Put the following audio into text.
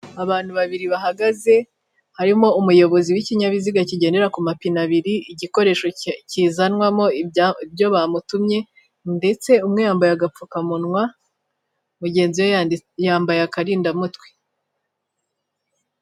Abantu babiri bahagaze harimo umuyobozi w'ikinyabiziga kigendera ku mapine abiri, igikoresho kizanwamo ibyo bamutumye ndetse umwe yambaye agapfukamunwa, mugenzi we yambaye akarindamutwe.